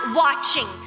watching